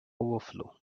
overflow